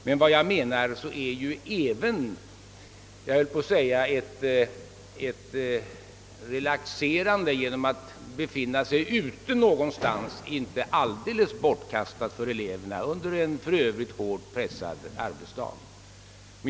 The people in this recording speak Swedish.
Men jag menar att även avkoppling genom att vistas ute någonstans inte är helt bortkastad för eleverna under en i övrigt hårt pressad arbetsdag.